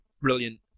Brilliant